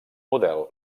model